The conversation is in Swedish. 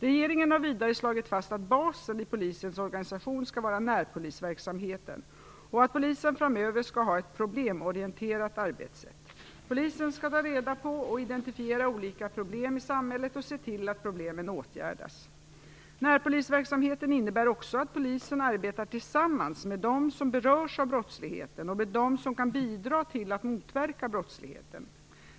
Regeringen har vidare slagit fast att basen i polisens organisation skall vara närpolisverksamheten och att polisen framöver skall ha ett problemorienterat arbetssätt. Polisen skall ta reda på och identifiera olika problem i samhället och se till att problemen åtgärdas. Närpolisverksamheten innebär också att polisen arbetar tillsammans med dem som berörs av brottsligheten och med dem som kan bidra till att motverka brottsligheten.